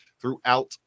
throughout